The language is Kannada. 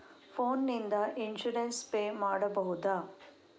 ಫೋನ್ ನಿಂದ ಇನ್ಸೂರೆನ್ಸ್ ಪೇ ಮಾಡಬಹುದ?